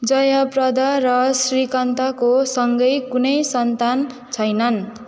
जया प्रदा र श्रीकान्तसँग कुनै सन्तान छैनन्